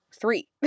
three